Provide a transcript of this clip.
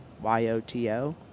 Y-O-T-O